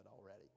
already